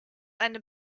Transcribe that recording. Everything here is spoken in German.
eine